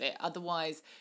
Otherwise